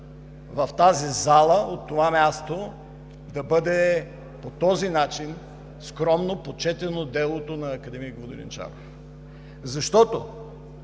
в тази зала, от това място, да бъде по този начин скромно почетено делото на академик Воденичаров. Защото